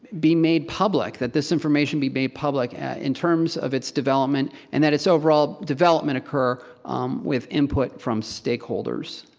be made public, that this information be made public in terms of its development, and that its overall development occur with input from stakeholders.